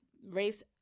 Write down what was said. race